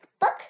Book